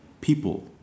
people